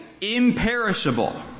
imperishable